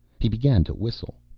he began to whistle.